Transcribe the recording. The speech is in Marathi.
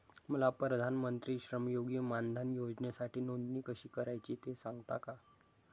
मला प्रधानमंत्री श्रमयोगी मानधन योजनेसाठी नोंदणी कशी करायची ते सांगता का?